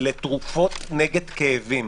לתרופות נגד כאבים